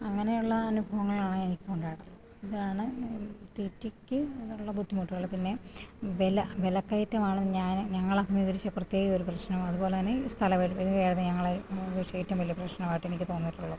അങ്ങനെ ഉള്ള അനുഭവങ്ങളാണ് എനിക്കു ഉണ്ടായിട്ടുള്ളത് അതാണ് തീറ്റിക്ക് ഉള്ള ബുദ്ധിമുട്ടുകള് പിന്നെ വില വിലക്കയറ്റമാണ് ഞാന് ഞങ്ങളഭിമുഖീകരിച്ച പ്രത്യേക ഒരു പ്രശ്നം അതുപോലെ തന്നെ സ്ഥല പരിമിതിയായിരുന്നു ഞങ്ങള് അഭിമുഖീകരിച്ച ഏറ്റവും വലിയ പ്രശ്നമായിട്ട് എനിക്ക് തോന്നിയിട്ടുള്ളത്